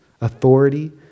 authority